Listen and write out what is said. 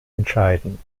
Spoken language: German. entscheiden